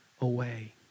away